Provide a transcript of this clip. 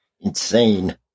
insane